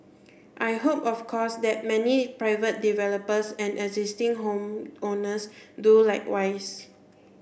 I hope of course that many private developers and existing home owners do likewise